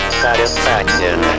satisfaction